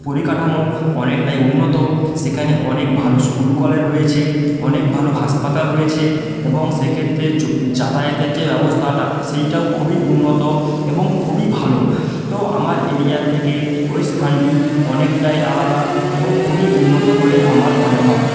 পরিকাঠামো অনেকটাই উন্নত সেখানে অনেক ভালো স্কুল কলের রয়েছে অনেক ভালো হাসপাতাল রয়েছে এবং সেক্ষেত্রে যাতায়াতের যে ব্যবস্থাটা সেইটাও খুবই উন্নত এবং খুবই ভালো তো আমার এরিয়ার থেকে ওই স্থানটি অনেকটাই আলাদা এবং খুবই উন্নত বলে আমার মনে হয়